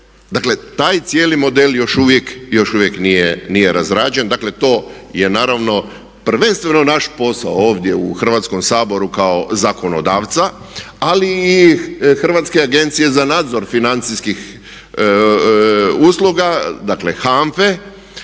Dakle taj cijeli model još uvijek, još uvijek nije razrađen. Dakle to je naravno prvenstveno naš posao ovdje u Hrvatskom saboru kao zakonodavca ali i Hrvatske agencije za nadzor financijskih usluga, dakle HANFA-e